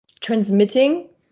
transmitting